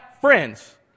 friends